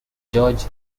george